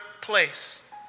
place